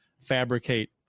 fabricate